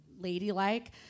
ladylike